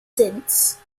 since